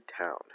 town